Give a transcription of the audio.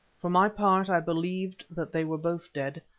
for my part, i believed that they were both dead.